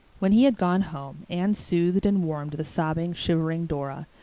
when he had gone home anne soothed and warmed the sobbing, shivering dora,